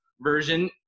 version